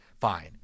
Fine